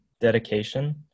dedication